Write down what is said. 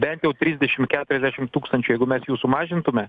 bent jau trisdešim keturiasdešim tūkstančių jeigu mes jų sumažintume